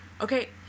Okay